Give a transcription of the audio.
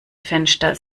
fenster